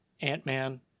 Ant-Man